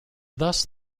thus